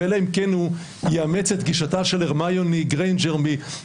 אלא אם כן הוא יאמץ את גישתה של הרמיוני גריינג'ר מ"הארי